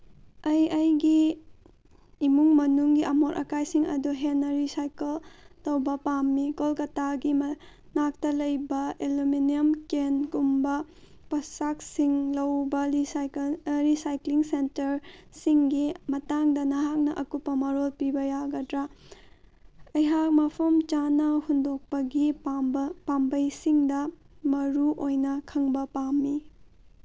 ꯑꯩ ꯑꯩꯒꯤ ꯏꯃꯨꯡ ꯃꯅꯨꯡꯒꯤ ꯑꯃꯣꯠ ꯑꯀꯥꯏꯁꯤꯡ ꯑꯗꯨ ꯍꯦꯟꯅ ꯔꯤꯁꯥꯏꯀꯜ ꯇꯧꯕ ꯄꯥꯝꯃꯤ ꯀꯣꯜꯀꯇꯥꯒꯤ ꯃꯅꯥꯛꯇ ꯂꯩꯕ ꯑꯦꯂꯨꯃꯤꯅꯤꯌꯝ ꯀꯦꯟꯒꯨꯝꯕ ꯄꯣꯆꯥꯛꯁꯤꯡ ꯂꯧꯕ ꯔꯤꯁꯥꯏꯀ꯭ꯂꯤꯡ ꯁꯦꯟꯇꯔꯁꯤꯡꯒꯤ ꯃꯇꯥꯡꯗ ꯅꯍꯥꯛꯅ ꯑꯀꯨꯞꯄ ꯃꯔꯣꯜ ꯄꯤꯕ ꯌꯥꯒꯗ꯭ꯔꯥ ꯑꯩꯍꯥꯛ ꯃꯐꯝ ꯆꯥꯅ ꯍꯨꯟꯗꯣꯛꯄꯒꯤ ꯄꯥꯝꯕꯩꯁꯤꯡꯗ ꯃꯔꯨ ꯑꯣꯏꯅ ꯈꯪꯕ ꯄꯥꯝꯃꯤ